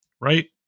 right